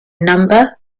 number